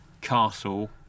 Castle